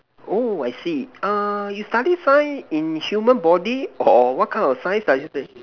oh I see ah you study science in human body or what kind of science does it that